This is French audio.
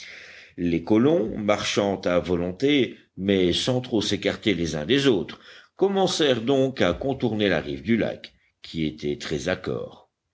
les colons marchant à volonté mais sans trop s'écarter les uns des autres commencèrent donc à contourner la rive du lac qui était très accore